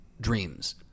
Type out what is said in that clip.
dreams